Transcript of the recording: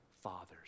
father's